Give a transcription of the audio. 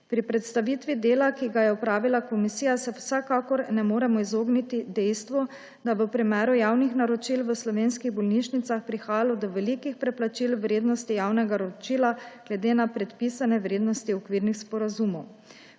Pri predstavitvi dela, ki ga je opravila komisija, se vsekakor ne moremo izogniti dejstvu, da je v primeru javnih naročil v slovenskih bolnišnicah prihajalo do velikih preplačil vrednosti javnega naročila glede na predpisane vrednosti okvirnih sporazumov.